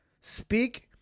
Speak